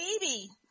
baby